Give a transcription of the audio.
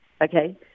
Okay